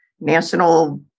national